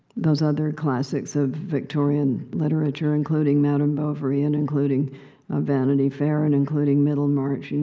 those other classics of victorian literature, including madame bovary, and including vanity fair, and including middlemarch. and